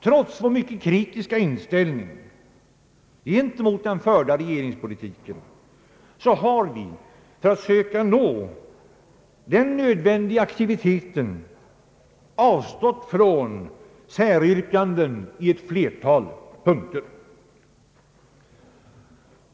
Trots vår mycket kritiska inställning gentemot den förda regeringspolitiken har vi, för att söka nå den nödvändiga aktiviteten, avstått från säryrkanden i ett flertal punkter.